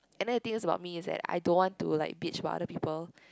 and then the thing about me is that I don't want to bitch about other people